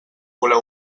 voler